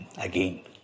again